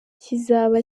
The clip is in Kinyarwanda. kizaba